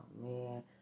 man